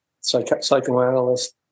psychoanalyst